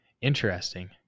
interesting